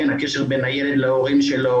הקשר בין הילד להורים שלו,